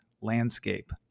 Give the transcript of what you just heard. landscape